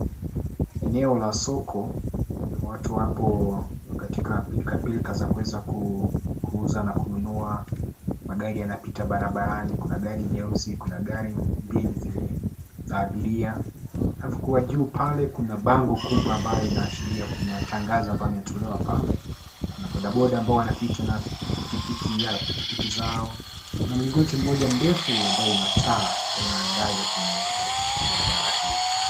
Eneo la soko na watu wapo katika pilka pilka za kuweza kuuza na kununua. Magari yanapita barabarani, kuna gari jeusi, kuna gari mbili zenye za abiria. Alafu kuwa juu pale kuna bango kubwa ambayo inaashiria, kuna tangazo ambayo inatolewa pale. Kuna bodaboda ambao wanapita na pikipiki ya, pikipiki zao. Kuna mlingoti moja ndefu ambayo ina taa ambayo inangaza kule barabarani.